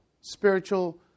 spiritual